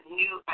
new